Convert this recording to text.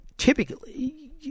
Typically